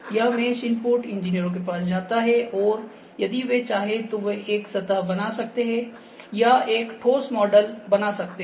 यह mesh input इंजीनियरों के पास जाता है और यदि वे चाहे तो वे एक सतह बना सकते हैं या एक ठोस मॉडल बना सकते हैं